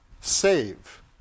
save